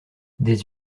des